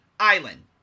Island